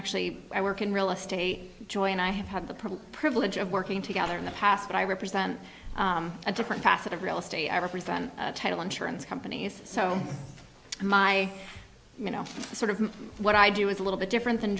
actually i work in real estate joy and i have had the privilege privilege of working together in the past but i represent a different facet of real estate i represent title insurance companies so my you know sort of what i do is a little bit different than